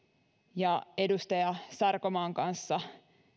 ja edustaja sarkomaan kanssa